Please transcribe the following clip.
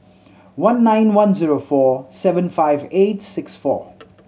one nine one zero four seven five eight six four